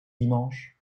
dimanches